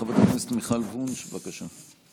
חברת הכנסת מיכל וונש, בבקשה.